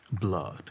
blood